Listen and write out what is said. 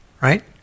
right